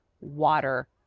water